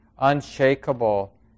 unshakable